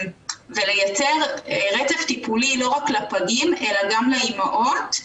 ולייצר רצף טיפולי לא רק לפגים אלא גם לאמהות,